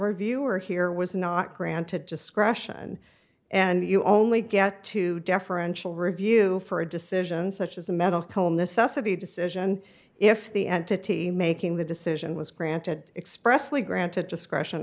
reviewer here was not granted discretion and you only get to deferential review for a decisions such as a medical necessity decision if the entity making the decision was granted expressly granted discretion